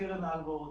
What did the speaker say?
רוני,